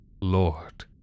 Lord